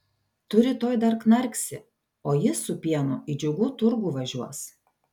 tu rytoj dar knarksi o jis su pienu į džiugų turgų važiuos